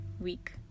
week